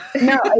No